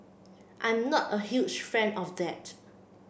I'm not a huge fan of that